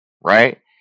right